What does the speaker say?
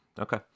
Okay